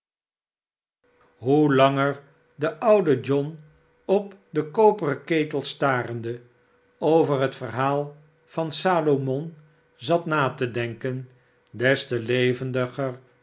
hoe langer de oude john op den koperen ketel starende over het verhaal van salomon zat na te denken des te levendiger